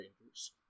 Rangers